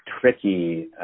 tricky